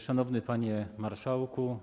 Szanowny Panie Marszałku!